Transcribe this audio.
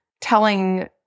telling